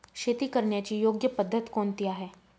शेती करण्याची योग्य पद्धत कोणती आहे?